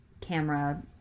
camera